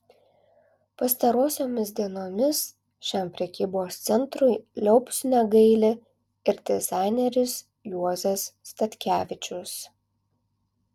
pastarosiomis dienomis šiam prekybos centrui liaupsių negaili ir dizaineris juozas statkevičius